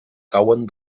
cauen